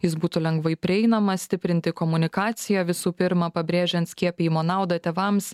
jis būtų lengvai prieinamas stiprinti komunikaciją visų pirma pabrėžiant skiepijimo naudą tėvams